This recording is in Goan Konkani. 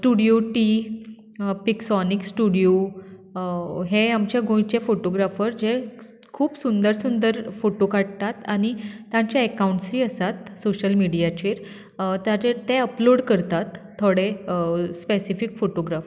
स्टुडीयो टी पिक्सोनीक स्टुडीयो हे आमचे गोंयचे फोटोग्रेफर जे खूब सुंदर सुंदर फोटो काडटात आनी तांचे एकाऊंटसूय आसात सोशल मिडीयाचेर ताचेर ते अपलोड करतात थोडे स्पेसिफीक फोटोग्रेफ